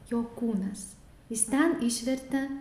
jo kūnas jis ten išvirtė